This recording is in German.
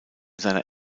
seiner